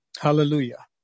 Hallelujah